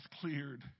cleared